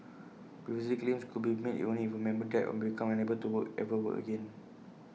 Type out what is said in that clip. previously claims could be made only if A member died or became unable to work ever work again